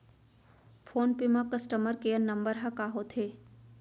Phone पे म customer care number ह का होथे?